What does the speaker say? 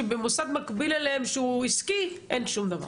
כשבמוסד מקביל אליהם שהוא עסקי אין שום דבר.